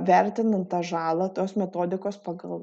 vertinant tą žalą tos metodikos pagal